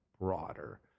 broader